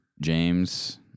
James